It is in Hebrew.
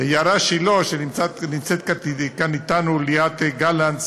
ליערה שילה, שנמצאת כאן אתנו, ליאת גלנץ